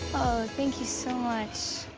thank you so much.